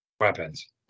weapons